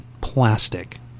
plastic